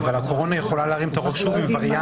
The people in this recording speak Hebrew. הקורונה יכולה להרים שוב את הראש.